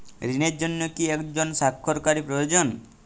ঋণের জন্য কি একজন স্বাক্ষরকারী প্রয়োজন?